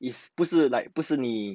is 不是 like 不是你